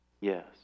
Yes